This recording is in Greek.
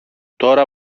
τώρα